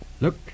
Look